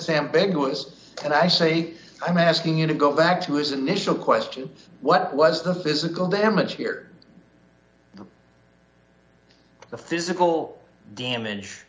was and i say i'm asking you to go back to his initial question what was the physical damage here the physical damage